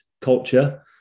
culture